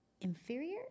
inferior